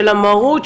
של המרות,